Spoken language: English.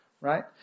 right